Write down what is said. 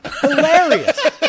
Hilarious